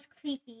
creepy